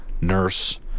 Nurse